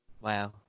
Wow